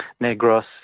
Negros